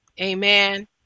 Amen